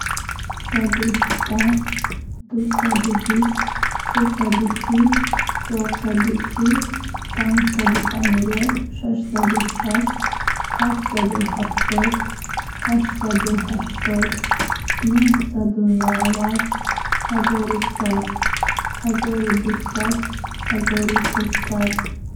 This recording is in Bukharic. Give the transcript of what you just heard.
Сифр, саду даҳ, дусаду бист, сесаду сӣ, чорусаду чиҳил, панҷсаду панҷоҳ, шашсаду шаст, ҳафтсаду ҳафтод, ҳаштсаду ҳаштод, нӯҳсаду навад, ҳазору сад.